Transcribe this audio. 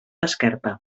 esquerpa